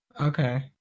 Okay